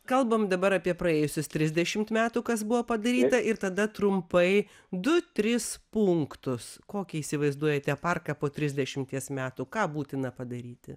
kalbam dabar apie praėjusius trisdešimt metų kas buvo padaryta ir tada trumpai du tris punktus kokį įsivaizduojate parką po trisdešimties metų ką būtina padaryti